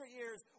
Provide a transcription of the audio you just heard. years